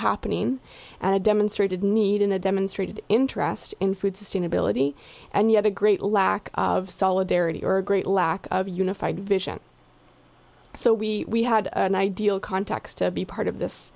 happening and a demonstrated need in a demonstrated interest in food sustainability and yet a great lack of solidarity or great lack of a unified vision so we had an ideal context to be part of this